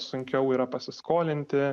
sunkiau yra pasiskolinti